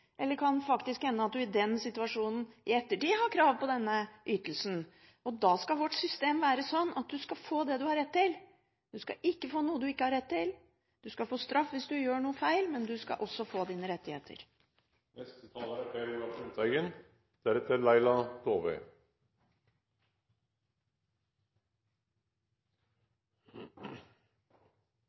eller det kan hende at man i en situasjon i ettertid har krav på denne ytelsen. Da skal vårt system være sånn at man skal få det man har rett til. Man skal ikke få noe man ikke har rett til. Man skal få straff hvis man gjør noe feil, men man skal også få sine rettigheter. Det er